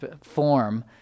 form